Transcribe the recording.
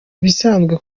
ibisanzwe